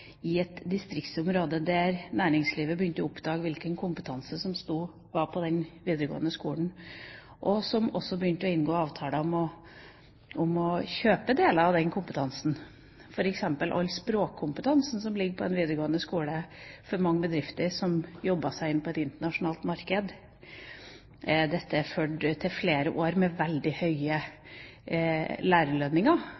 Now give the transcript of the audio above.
i et distriktsområde der næringslivet begynte å oppdage hvilken kompetanse det var i den videregående skolen, og som også begynte å inngå avtaler om å kjøpe deler av den kompetansen. For eksempel er all den språkkompetansen som ligger i den videregående skole, viktig for mange bedrifter som jobber seg inn på et internasjonalt marked. Dette førte til flere år med veldig